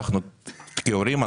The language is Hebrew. ההורים,